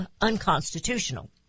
unconstitutional